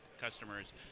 customers